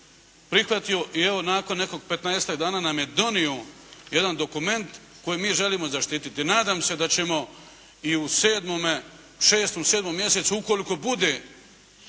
prihvatio. I evo, nakon nekih petnaestak dana nam je donio jedan dokument koji mi želimo zaštititi. Nadam se da ćemo i u sedmome, šestom, sedmom